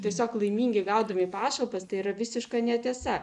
tiesiog laimingi gaudami pašalpas tai yra visiška netiesa